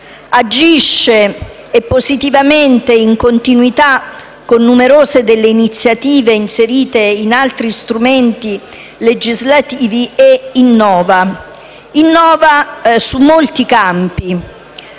agisce - e positivamente - in continuità con numerose iniziative inserite in altri strumenti legislativi e innova in molti campi.